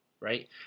right